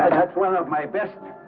and that's one of my best.